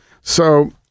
So-